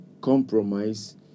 compromise